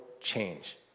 change